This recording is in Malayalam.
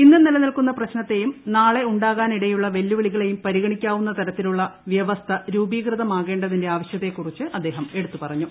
ഇന്ന് നിലനിൽക്കുന്ന പ്രശ്നത്തെയും നാളെ ഉണ്ടാകാനിടയുള്ള വെല്ലുവിളികളെയും പരിഗണിക്കാവുന്ന തരത്തിലുള്ള വ്യവസ്ഥ രൂപീകൃതമാകേണ്ടതിന്റെ ആവശ്യകതയെക്കുറിച്ച് അദ്ദേഹം എടുത്തുപറഞ്ഞു